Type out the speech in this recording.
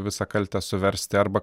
visą kaltę suversti arba